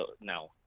now